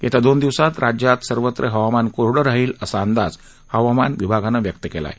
येत्या दोन दिवसांत राज्यात सर्वत्र हवामान कोरडं राहील असा अंदाज हवामान विभागानं व्यक्त केला आहे